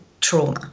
trauma